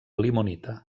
limonita